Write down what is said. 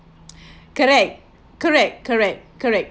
correct correct correct correct